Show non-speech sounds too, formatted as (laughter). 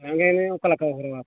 (unintelligible) ᱚᱠᱟ ᱞᱮᱠᱟ ᱵᱮᱣᱦᱟᱨ ᱠᱚ